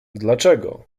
dlaczego